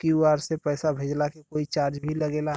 QR से पैसा भेजला के कोई चार्ज भी लागेला?